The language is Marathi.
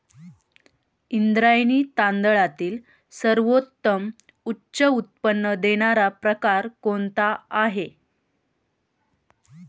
इंद्रायणी तांदळातील सर्वोत्तम उच्च उत्पन्न देणारा प्रकार कोणता आहे?